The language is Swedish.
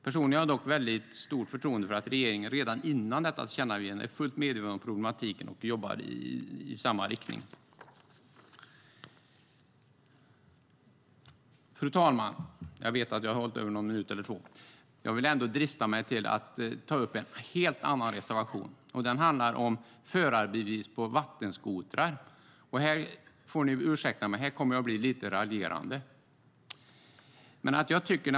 Personligen har jag dock väldigt stort förtroende för att regeringen redan innan detta tillkännagivande är fullt medveten om problematiken och jobbar i samma riktning. Fru talman! Jag vet att jag har dragit över min talartid med en minut eller två, men jag vill ändå drista mig till att ta upp en helt annan reservation. Den handlar om förarbevis på vattenskotrar. Ni får ursäkta, men här kommer jag att bli lite raljerande.